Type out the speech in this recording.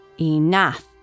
Enough